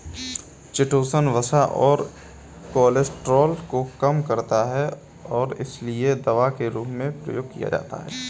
chitosan वसा और cholesterol को कम करता है और इसीलिए दवा के रूप में प्रयोग किया जाता है